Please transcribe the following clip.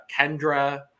Kendra